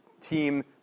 team